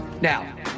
Now